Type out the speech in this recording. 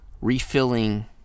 refilling